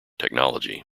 technology